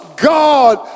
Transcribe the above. God